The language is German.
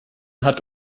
hat